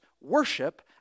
worship